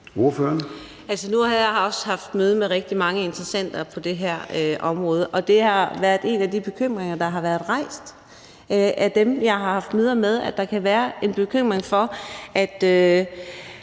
nu har jeg også haft møde med rigtig mange interessenter på det her område, og det har været en af de bekymringer, der har været rejst af dem, jeg har haft møder med, altså at der kan være en bekymring for, at